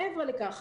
מעבר לכך,